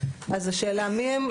אז השאלה מי הם,